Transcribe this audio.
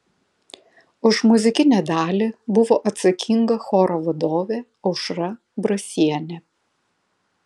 už muzikinę dalį buvo atsakinga choro vadovė aušra brasienė